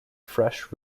fresh